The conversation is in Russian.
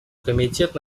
комитет